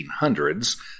1800s